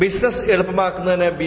business എളുപ്പമാക്കുന്നതിന് B